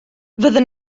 fydden